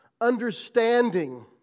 understanding